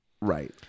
Right